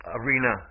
arena